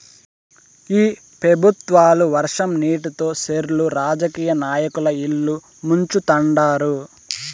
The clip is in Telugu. ఈ పెబుత్వాలు వర్షం నీటితో సెర్లు రాజకీయ నాయకుల ఇల్లు ముంచుతండారు